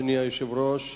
אדוני היושב-ראש,